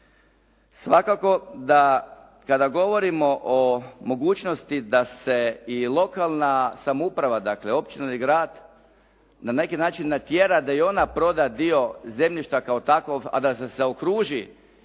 Svakako da kada govorimo o mogućnosti da se i lokalna samouprava, dakle općina ili grad na neki način natjera da i ona proda dio zemljišta kao takovog a da se zaokruži